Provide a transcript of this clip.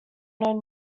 known